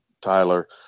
tyler